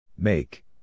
Make